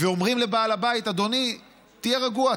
ואומרים לבעל הבית: אדוני, תהיה רגוע.